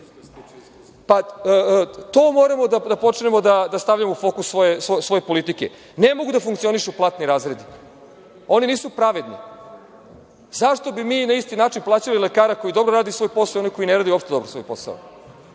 moramo da počnemo da stavljamo u fokus svoje politike. Ne mogu da funkcionišu platni razredi. Oni nisu pravedni. Zašto bi mi na isti način plaćali lekara koji dobro radi svoj posao i onog koji ne radi svoj posao?